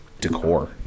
decor